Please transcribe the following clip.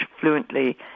fluently